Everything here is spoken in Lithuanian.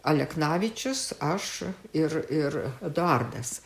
aleknavičius aš ir ir eduardas